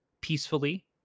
peacefully